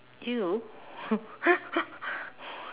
!eww!